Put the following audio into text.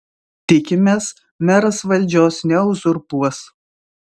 tikimės meras valdžios neuzurpuos